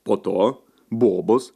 po to bobos